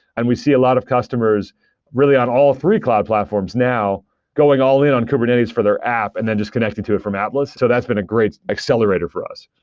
and we see a lot of customers really on all three cloud platforms now going all in on kubernetes for their app and then just connect into it from atlas. so that's been a great accelerator for us.